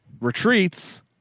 retreats